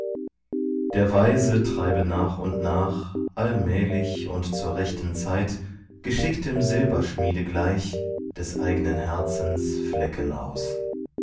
der weise treibe nach und nach allmählich und zur rechten zeit geschicktem silberschmiede gleich des eignen herzens flecken aus